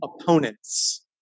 opponents